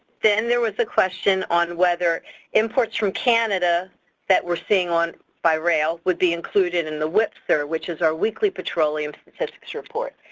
then, there was a question on whether imports from canada that we're seeing on by rail would be included in the wpsr, which is our weekly petroleum statistics report,